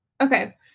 Okay